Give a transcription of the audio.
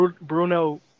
Bruno